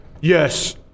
yes